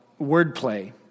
wordplay